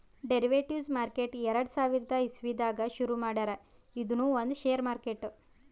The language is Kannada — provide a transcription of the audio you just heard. ಡೆರಿವೆಟಿವ್ಸ್ ಮಾರ್ಕೆಟ್ ಎರಡ ಸಾವಿರದ್ ಇಸವಿದಾಗ್ ಶುರು ಮಾಡ್ಯಾರ್ ಇದೂನು ಒಂದ್ ಷೇರ್ ಮಾರ್ಕೆಟ್